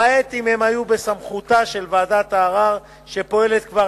למעט אם היו בסמכותה של ועדת ערר שפועלת כבר